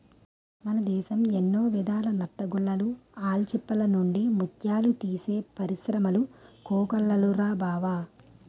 మన దేశం ఎన్నో విధాల నత్తగుల్లలు, ఆల్చిప్పల నుండి ముత్యాలు తీసే పరిశ్రములు కోకొల్లలురా బావా